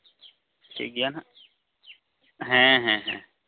ᱴᱷᱤᱠᱜᱮᱭᱟ ᱦᱟᱜ ᱦᱮᱸ ᱦᱮᱸ ᱦᱮᱸ